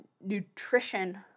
nutrition